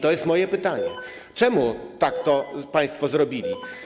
To jest moje pytanie: Czemu tak to państwo zrobili?